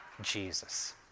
Jesus